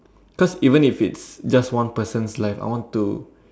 cause even if it's just one person's life I want to